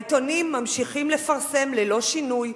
העיתונים ממשיכים לפרסם ללא שינוי,